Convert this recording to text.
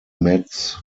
metz